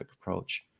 approach